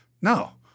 No